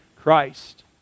Christ